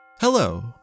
Hello